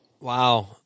Wow